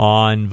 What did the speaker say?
on